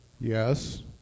Yes